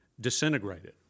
disintegrated